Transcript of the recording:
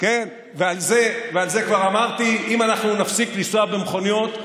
ועל זה כבר אמרתי שאם אנחנו נפסיק לנסוע במכוניות,